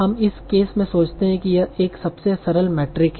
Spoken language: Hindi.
हम इस केस में सोचते है कि यह एक सबसे सरल मेट्रिक है